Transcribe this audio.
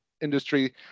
industry